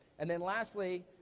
and then, lastly,